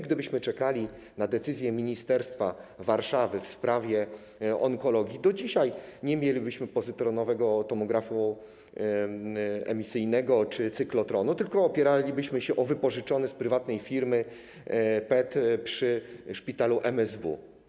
Gdybyśmy czekali na decyzję ministerstwa, Warszawy w sprawie onkologii, do dzisiaj nie mielibyśmy pozytonowego tomografu emisyjnego czy cyklotronu, tylko opieralibyśmy się o wypożyczony z prywatnej firmy PET przy szpitalu MSW.